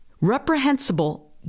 reprehensible